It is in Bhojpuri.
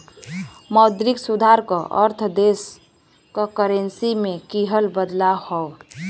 मौद्रिक सुधार क अर्थ देश क करेंसी में किहल बदलाव हौ